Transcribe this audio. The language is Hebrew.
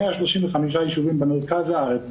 יש פתרון ל-135 יישובים במרכז הארץ,